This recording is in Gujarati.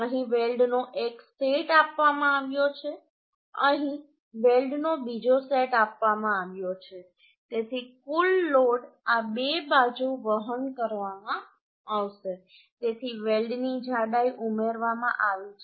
અહીં વેલ્ડનો એક સેટ આપવામાં આવ્યો છે અહીં વેલ્ડનો બીજો સેટ આપવામાં આવ્યો છે તેથી કુલ લોડ આ બે બાજુ વહન કરવામાં આવશે તેથી વેલ્ડની જાડાઈ ઉમેરવામાં આવી છે